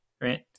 right